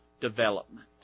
development